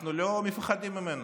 אנחנו לא מפחדים ממנו.